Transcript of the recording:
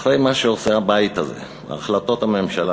אחרי מה שהבית הזה עושה, החלטות הממשלה,